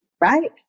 right